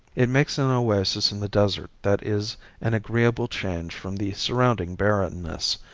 it makes an oasis in the desert that is an agreeable change from the surrounding barrenness,